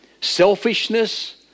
selfishness